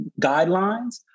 guidelines